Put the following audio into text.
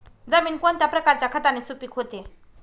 जमीन कोणत्या प्रकारच्या खताने सुपिक होते?